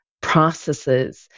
processes